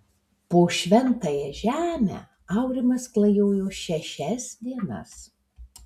po šventąją žemę aurimas klajojo šešias dienas